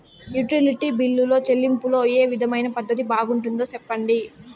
Utility బిల్లులో చెల్లింపులో ఏ విధమైన పద్దతి బాగుంటుందో సెప్పండి?